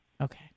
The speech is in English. Okay